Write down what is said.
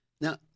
Now